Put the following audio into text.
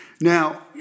Now